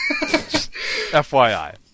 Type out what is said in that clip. FYI